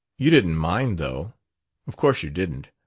you didn't mind, though of course you didn't.